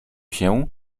się